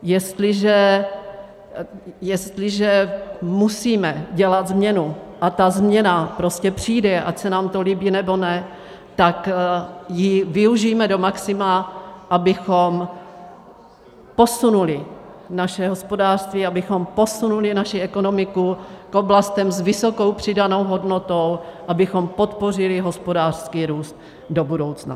Jestliže musíme dělat změnu, a ta změna prostě přijde, ať se nám to líbí, nebo ne, tak ji využijme do maxima, abychom posunuli naše hospodářství, abychom posunuli naši ekonomiku k oblastem s vysokou přidanou hodnotou, abychom podpořili hospodářský růst do budoucna.